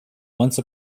once